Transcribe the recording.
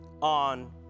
on